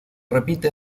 repite